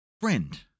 Friend